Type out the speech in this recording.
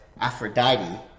aphrodite